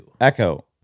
Echo